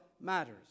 matters